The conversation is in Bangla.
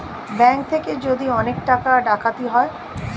ব্যাঙ্ক থেকে যদি অনেক টাকা ডাকাতি হয়